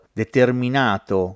determinato